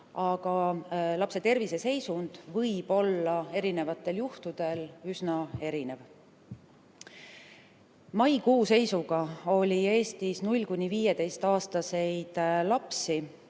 aga lapse terviseseisund võib olla erinevatel juhtudel üsna erinev. Maikuu seisuga oli Eestis 0–15‑aastaseid lapsi,